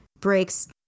breaks